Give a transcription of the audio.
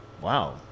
wow